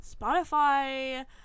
Spotify